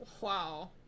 Wow